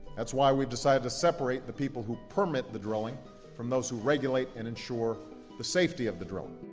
that's why we've decided to separate the people who permit the drilling from those who regulate and ensure the safety of the drilling.